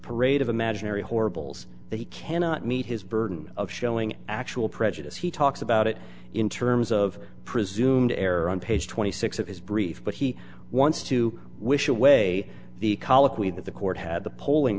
parade of imaginary horribles that he cannot meet his burden of showing actual prejudice he talks about it in terms of presumed error on page twenty six of his brief but he wants to wish away the colloquy that the court had the polling